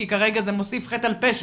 כי כרגע זה מוסיף חטא על פשע,